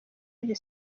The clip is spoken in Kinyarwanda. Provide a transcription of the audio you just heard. iri